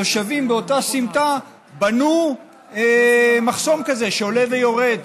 התושבים באותה סמטה בנו מחסום כזה שעולה ויורד.